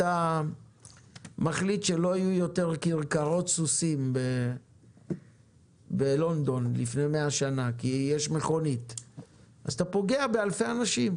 אתה מחליט שלא יהיו יותר כרכרות סוסים בלונדון אז אתה פוגע באלפי אנשים,